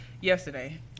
yesterday